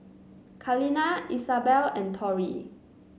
Kaleena Isabell and Tori